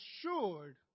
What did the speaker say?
assured